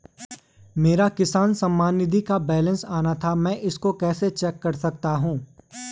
मेरा किसान सम्मान निधि का बैलेंस आना था मैं इसको कैसे चेक कर सकता हूँ?